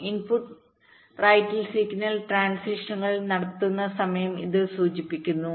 input റൈറ്റിൽ signal ട്രാൻസിഷനുകൾ നടക്കുന്ന സമയം ഇത് സൂചിപ്പിക്കുന്നു